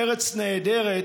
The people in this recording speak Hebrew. ארץ נהדרת,